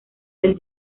del